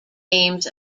games